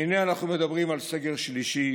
והינה, אנחנו מדברים על סגר שלישי.